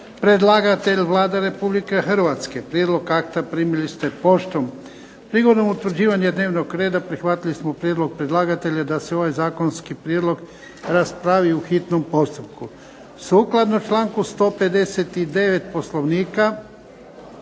Predlagatelj Vlada Republike Hrvatske. Prijedlog akta primili ste poštom. Prigodom utvrđivanja dnevnog reda prihvatili smo prijedlog predlagatelja da se ovaj zakonski prijedlog raspravi u hitnom postupku. Sukladno članku 159. Poslovnika